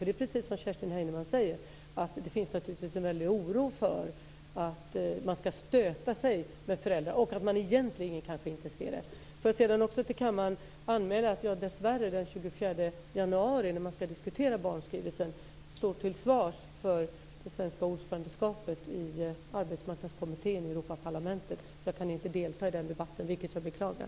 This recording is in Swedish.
Det är precis så som Kerstin Heinemann säger, att det naturligtvis finns en väldig oro för att man ska stöta sig med föräldrar, att man egentligen kanske inte ser det. Får jag så till kammaren anmäla att jag dessvärre den 24 januari då man ska diskutera barnskrivelsen står till svars för det svenska ordförandeskapet i arbetskmarknadskommittén i Europaparlamentet. Så jag kan inte delta i den debatten, vilket jag beklagar.